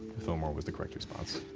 fillmore was the correct response.